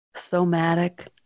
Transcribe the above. somatic